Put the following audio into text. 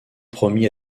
promis